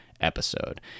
episode